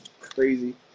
Crazy